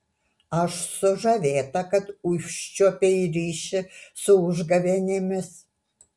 aš sužavėta kad užčiuopei ryšį su užgavėnėmis